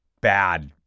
bad